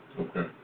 Okay